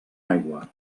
aigua